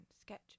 sketch